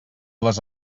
les